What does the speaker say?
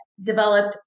developed